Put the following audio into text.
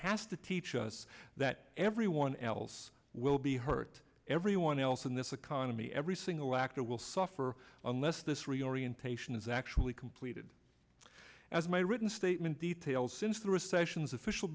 has to teach us that everyone else will be hurt everyone else in this economy every single actor will suffer unless this reorientation is actually completed as my written statement details since the recessions official